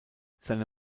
seine